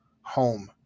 home